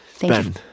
Ben